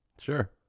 Sure